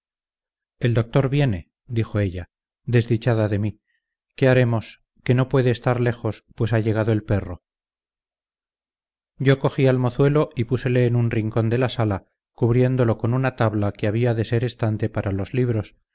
el doctor viene dijo ella desdichada de mí qué haremos que no puede estar lejos pues ha llegado el perro yo cogí al mozuelo y púsele en un rincón de la sala cubriéndolo con una tabla que había de ser estante para los libros